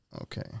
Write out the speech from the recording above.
Okay